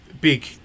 big